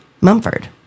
mumford